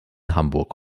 hamburg